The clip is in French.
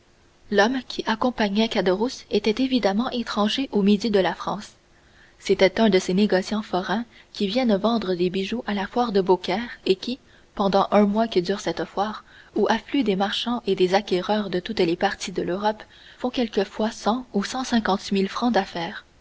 l'homme qui accompagnait caderousse était évidemment étranger au midi de la france c'était un de ces négociants forains qui viennent vendre des bijoux à la foire de beaucaire et qui pendant un mois que dure cette foire où affluent des marchands et des acquéreurs de toutes les parties de l'europe font quelquefois pour cent ou cent cinquante mille francs d'affaires